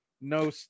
no